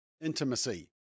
intimacy